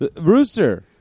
Rooster